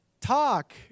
talk